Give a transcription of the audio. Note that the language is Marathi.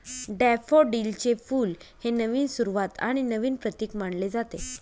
डॅफोडिलचे फुल हे नवीन सुरुवात आणि नवीन प्रतीक मानले जाते